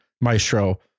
Maestro